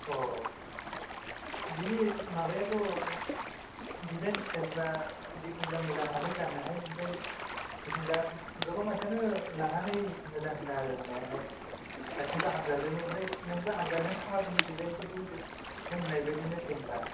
बेनि माबायाथ' दिजाइन स्टइलफ्रा जेखुनु जाया मोजाङानो गाननोहाय आमफ्राइ जेखुनु जाया गोबां मानसियानो लांनानै मोजां होनो आरो होननायालाय गासैबो हामजाजोबो आमफ्राइ नोंबो हामजागोन खोमा बेनि डिजाइनफोरखौ बे नों होननाय बायदिनो सेमखा